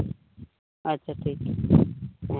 ᱟᱪᱪᱷᱟ ᱴᱷᱤᱠ ᱜᱮᱭᱟ